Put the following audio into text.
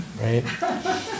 right